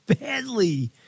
badly